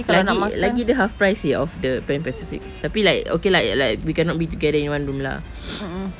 lagi lagi dia half price seh of the Pan Pacific tapi like okay lah like like we cannot be together in one room lah